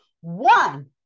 one